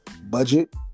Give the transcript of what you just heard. budget